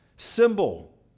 symbol